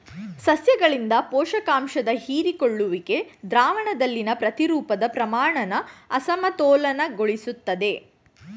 ಸಸ್ಯಗಳಿಂದ ಪೋಷಕಾಂಶದ ಹೀರಿಕೊಳ್ಳುವಿಕೆ ದ್ರಾವಣದಲ್ಲಿನ ಪ್ರತಿರೂಪದ ಪ್ರಮಾಣನ ಅಸಮತೋಲನಗೊಳಿಸ್ತದೆ